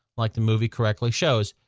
like the movie correctly shows,